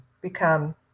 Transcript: become